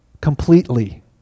completely